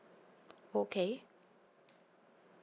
okay